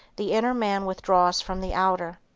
the inner man withdraws from the outer.